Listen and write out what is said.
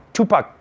Tupac